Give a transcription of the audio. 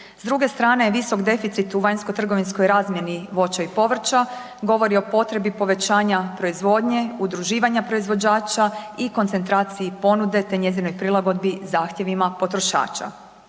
S druge strane, visok deficit u vanjsko-trgovinskoj razmjeni voća i povrća govori o potrebi povećanja proizvodnje, udruživanja proizvođača i koncentraciji ponude te njezinoj prilagodbi zahtjevima potrošača.